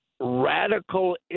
Radical